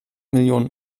millionen